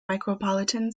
micropolitan